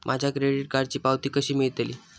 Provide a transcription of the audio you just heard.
माझ्या क्रेडीट कार्डची पावती कशी मिळतली?